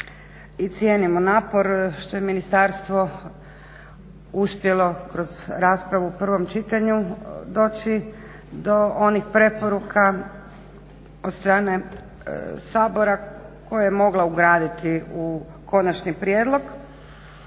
cijenimo napor što je ministarstvo uspjelo kroz raspravu u prvom čitanju doći do onih preporuka od strane Sabora koje je mogla ugraditi u konačni prijedlog.